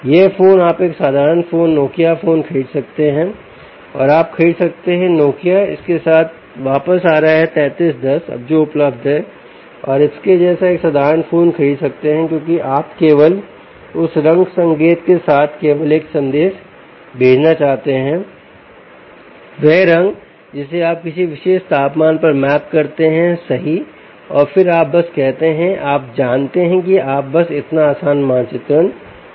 यह फोन आप एक साधारण फोन नोकिया फोन खरीद सकते हैं आप खरीद सकते हैं नोकिया इसके साथ वापस आ रहा है 3310 अब जो उपलब्ध है और आप इसके जैसा एक साधारण फोन खरीद सकते हैं क्योंकि आप केवल उस रंग संकेत के साथ केवल एक संदेश भेजना चाहते हैं वह रंग जिसे आप किसी विशेष तापमान पर मैप करते हैं सही और फिर आप बस कहते हैं आप जानते हैं कि आप बस इतना आसान मानचित्रण कर सकते हैं